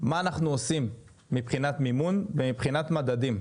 מה אנחנו עושים מבחינת מימון ומבחינת מדדים.